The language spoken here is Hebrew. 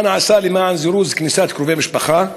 1. מה נעשה למען זירוז כניסת קרובי משפחה?